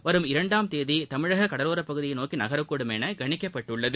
வரும் இரண்டாம் தேதிதமிழககடலோரபகுதியைநோக்கிநகரக்கூடும் எனகணிக்கப்பட்டுள்ளது